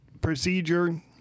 procedure